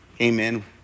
Amen